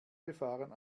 befahren